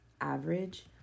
average